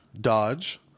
Dodge